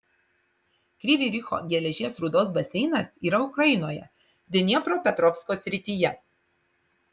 kryvyj riho geležies rūdos baseinas yra ukrainoje dniepropetrovsko srityje